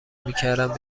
میکردم